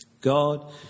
God